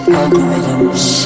algorithms